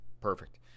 Perfect